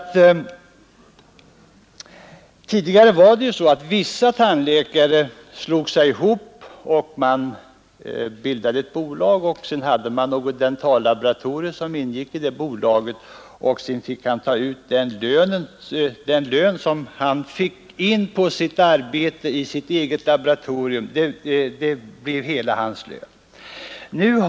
Tidigare förekom det att vissa tandläkare slog sig samman och bildade ett bolag, där dentallaboratoriet ingick. Tandläkaren fick då i form av lön ut de pengar som kom in på hans arbete i det egna laboratoriet.